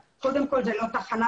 קודם כול זו לא תחנה,